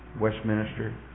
westminster